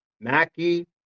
Mackie